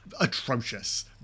atrocious